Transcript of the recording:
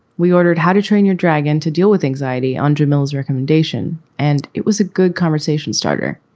we ordered how to train your dragon to deal with anxiety on jamila's recommendation, and it was a good conversation starter.